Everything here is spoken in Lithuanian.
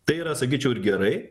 tai yra sakyčiau ir gerai